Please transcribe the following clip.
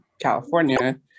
California